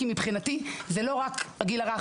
כי מבחינתי זה לא רק הגיל הרך.